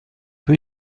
peu